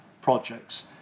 projects